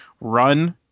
run